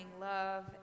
love